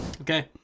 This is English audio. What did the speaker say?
Okay